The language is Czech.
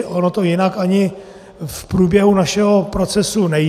Ono to jinak ani v průběhu našeho procesu nejde.